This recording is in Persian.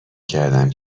کردم